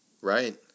right